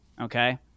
Okay